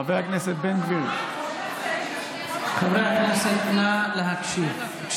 חבר הכנסת בן גביר, חברי הכנסת, נא להקשיב.